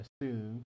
assume